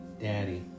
daddy